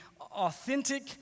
authentic